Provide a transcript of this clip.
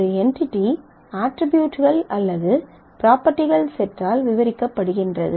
ஒரு என்டிடி அட்ரிபியூட்கள் அல்லது ப்ராப்பர்டிகள் செட்டால் விவரிக்கப் படுகின்றது